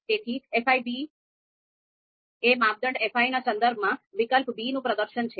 તેથી fi એ માપદંડ fi ના સંદર્ભમાં વિકલ્પ b નું પ્રદર્શન છે